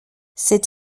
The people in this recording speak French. cet